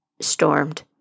stormed